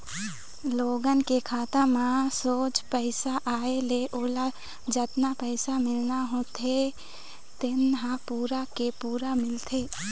लोगन के खाता म सोझ पइसा आए ले ओला जतना पइसा मिलना होथे तेन ह पूरा के पूरा मिलथे